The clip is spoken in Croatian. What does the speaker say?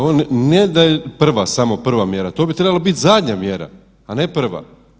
On ne da je prva samo prva mjera, to bi trebalo biti zadnja mjera, a ne prva.